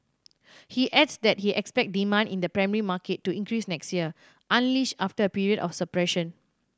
he adds that he expect demand in the primary market to increase next year unleashed after a period of suppression